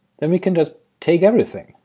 then we can just take everything,